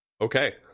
Okay